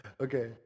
Okay